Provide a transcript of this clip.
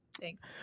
Thanks